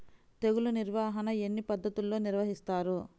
తెగులు నిర్వాహణ ఎన్ని పద్ధతుల్లో నిర్వహిస్తారు?